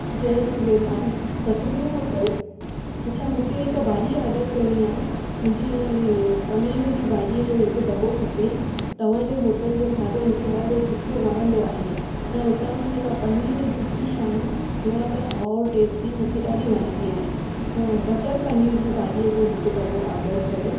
जय Jhulelal Satguru hotel अच्छा मूंखे हिकु भाॼी ऑडर करणी आहे मुंहिंजी पनीर जी भाॼी हिकु दॿो खपे तव्हांजे होटल जो खाधो मूंखे ॾाढो सुठो वणंदो आहे ऐं हुतां जी जेका पनीर जी डिश आहे न उहा त और टेस्टी मूंखे ॾाढी वणंदी आहे बटर पनीर जी भाॼीअ जो हिकु दॿो ऑडर कयो